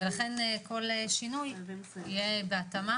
לכן כל שינוי יהיה בתיאום.